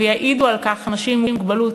ויעידו על כך אנשים עם מוגבלות,